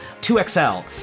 2XL